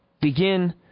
begin